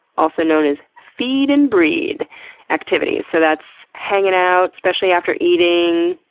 also known as feed and breathe activities. so that's hanging out, especially after eating.